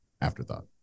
afterthought